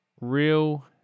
real